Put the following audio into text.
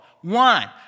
One